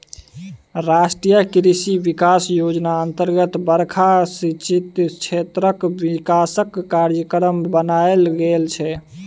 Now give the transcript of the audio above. राष्ट्रीय कृषि बिकास योजना अतर्गत बरखा सिंचित क्षेत्रक बिकासक कार्यक्रम बनाएल गेल छै